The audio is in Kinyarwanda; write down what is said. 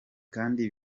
kandi